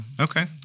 Okay